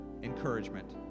Encouragement